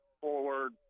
forward